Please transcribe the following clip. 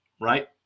right